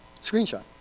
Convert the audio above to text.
screenshot